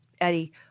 Eddie